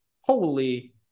Holy